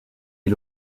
est